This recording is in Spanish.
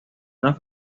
una